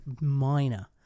minor